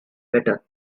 better